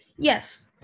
Yes